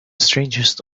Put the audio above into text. strangest